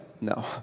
No